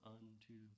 unto